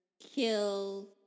Kill